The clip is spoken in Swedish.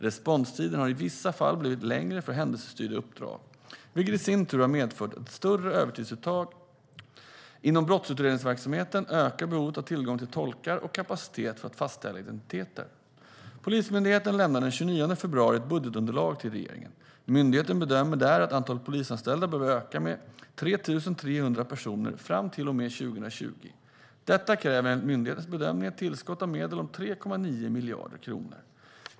Responstiden har i vissa fall blivit längre för händelsestyrda uppdrag, vilket i sin tur har medfört ett större övertidsuttag. Inom brottsutredningsverksamheten ökar behovet av tillgång till tolkar och kapacitet att fastställa identiteter. Polismyndigheten lämnade den 29 februari ett budgetunderlag till regeringen. Myndigheten bedömer där att antalet polisanställda behöver öka med 3 300 personer fram till och med 2020. Detta kräver enligt myndighetens bedömning ett tillskott av medel om 3,9 miljarder kronor.